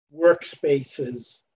workspaces